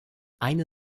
eine